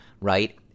right